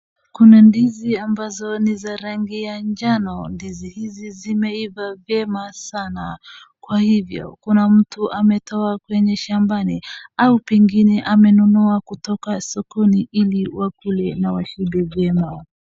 Kuna ndizi ambazo ni za rangi ya njano. Ndizi hizi zineiva vyema sana kwa hivyo kuna mtu ametoa kwenye shambani au pengine amenunua kutoka sokoni ili wakule na washibe vyema.